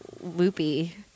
loopy